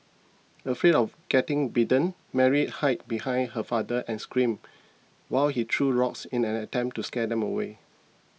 afraid of getting bitten Mary hid behind her father and screamed while he threw rocks in an attempt to scare them away